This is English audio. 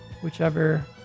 whichever